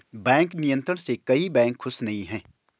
bank नियंत्रण से कई बैंक खुश नही हैं